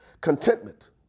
Contentment